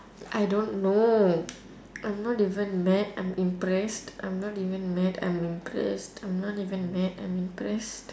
I don't know I'm not even mad I'm impressed I'm not even mad I'm impressed I'm not even mad I'm impressed